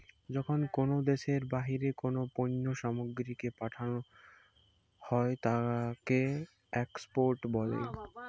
যখন কোনো দ্যাশের বাহিরে কোনো পণ্য সামগ্রীকে পাঠানো হই তাকে এক্সপোর্ট বলে